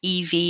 EV